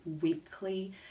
weekly